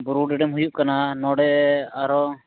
ᱵᱩᱨᱩᱰᱤ dam ᱦᱩᱭᱩᱜ ᱠᱟᱱᱟ ᱱᱚᱰᱮ ᱟᱨᱚ